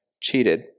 cheated